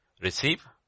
Receive